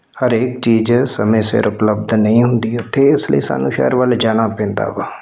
ਹਰੇਕ ਚੀਜ਼ ਸਮੇਂ ਸਿਰ ਉਪਲਬਧ ਨਹੀਂ ਹੁੰਦੀ ਉੱਥੇ ਇਸ ਲਈ ਸਾਨੂੰ ਸ਼ਹਿਰ ਵੱਲ ਜਾਣਾ ਪੈਂਦਾ ਵਾ